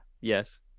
yes